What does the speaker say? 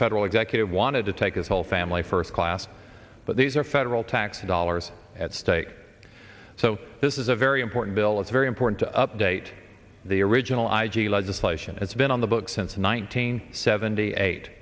federal executive wanted to take his whole family first class but these are federal tax dollars at stake so this is a very important bill it's very important to update the original i g legislation that's been on the books since nineteen seventy eight